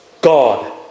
God